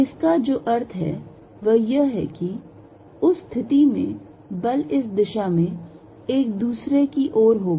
इसका जो अर्थ है वह यह है कि उस स्थिति में बल इस दिशा में एक दूसरे की ओर होगा